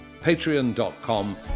patreon.com